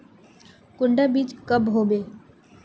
कुंडा बीज कब होबे?